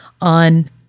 on